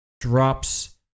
drops